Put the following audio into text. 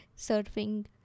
surfing